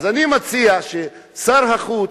אז אני מציע ששר החוץ,